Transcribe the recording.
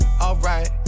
alright